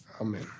Amen